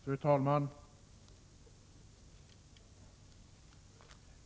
Fru talman!